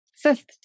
Fifth